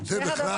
זה דבר